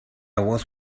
was